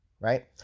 Right